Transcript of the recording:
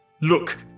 Look